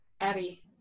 abby